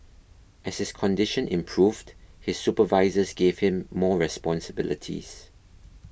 as his condition improved his supervisors gave him more responsibilities